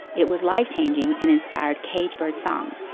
it was life-changing and inspired kate birdsongs,